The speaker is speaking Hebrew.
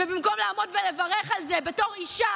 ובמקום לעמוד ולברך על זה בתור נשים,